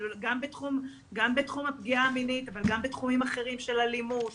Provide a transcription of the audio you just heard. גם בתחום הפגיעה המינית אבל גם בתחומים אחרים של אלימות,